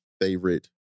favorite